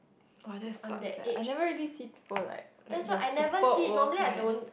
what that's quite sad I never really see people like like the super old kind